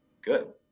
good